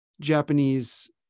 Japanese